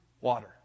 water